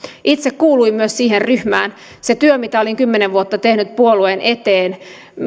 itse kuuluin myös siihen ryhmään se työ mitä olin kymmenen vuotta tehnyt puolueen eteen